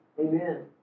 Amen